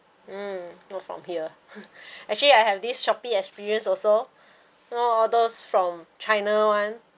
hmm not from here actually I have this Shopee experience also you know all those from china one